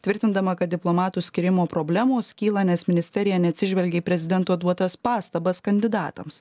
tvirtindama kad diplomatų skyrimo problemos kyla nes ministerija neatsižvelgė į prezidento duotas pastabas kandidatams